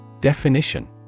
Definition